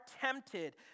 tempted